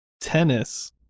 Tennis